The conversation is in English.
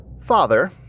Father